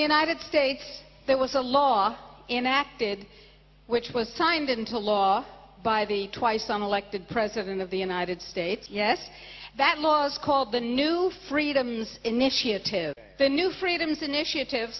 the united states there was a law enacted which was signed into law by the twice on elected president of the united states yes that was called the new freedoms initiative the new freedoms initiative